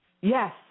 Yes